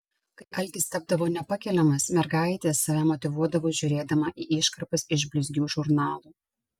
kai alkis tapdavo nepakeliamas mergaitė save motyvuodavo žiūrėdama į iškarpas iš blizgių žurnalų